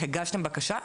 הגשתם בקשה?